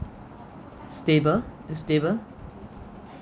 stable stable